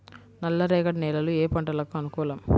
నల్లరేగడి నేలలు ఏ పంటలకు అనుకూలం?